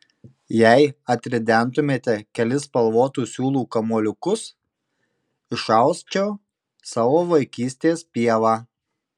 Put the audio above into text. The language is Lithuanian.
jei atridentumėte kelis spalvotų siūlų kamuoliukus išausčiau savo vaikystės pievą